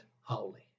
holy